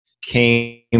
came